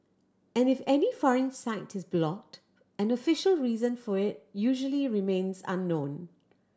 and if any foreign site is blocked and official reason for it usually remains unknown